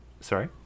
Sorry